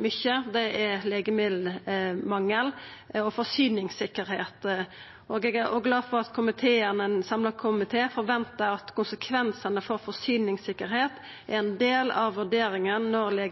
mykje, nemleg legemiddelmangel og forsyningssikkerheit. Eg er òg glad for at ein samla komité forventar at konsekvensane for forsyningssikkerheita er ein del av vurderinga når